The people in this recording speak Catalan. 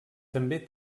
també